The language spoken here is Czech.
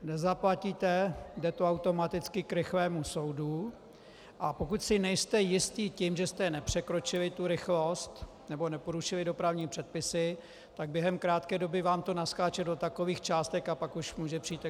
Nezaplatíte, jde to automaticky k rychlému soudu, a pokud si nejste jisti tím, že jste nepřekročili tu rychlost nebo neporušili dopravní předpisy, tak během krátké doby vám to naskáče do takových částek a pak už může přijít exekuce.